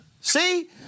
See